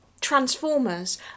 Transformers